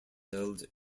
held